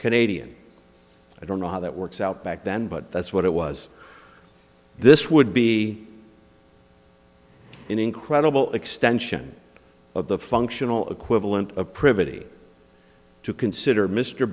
canadian i don't know how that works out back then but that's what it was this would be an incredible extension of the functional equivalent of privity to consider mr